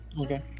okay